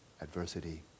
adversity